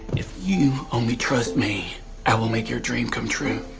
if you only trust me i will make your dream come true